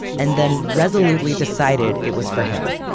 and then resolutely decided it was for him,